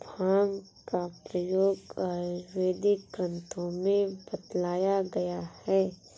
भाँग का प्रयोग आयुर्वेदिक ग्रन्थों में बतलाया गया है